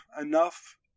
enough